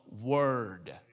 word